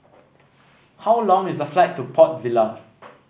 how long is the flight to Port Vila